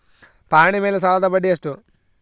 ಪಹಣಿ ಮೇಲೆ ಸಾಲದ ಬಡ್ಡಿ ಎಷ್ಟು?